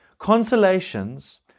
Consolations